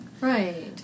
Right